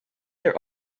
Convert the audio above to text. their